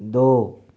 दो